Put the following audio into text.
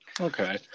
Okay